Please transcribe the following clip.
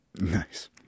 Nice